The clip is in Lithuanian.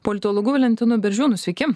politologu valentinu beržiūnu sveiki